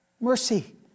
mercy